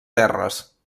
terres